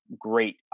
great